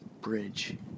bridge